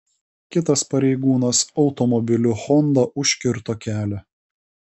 kitas pareigūnas automobiliu honda užkirto kelią